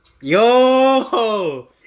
Yo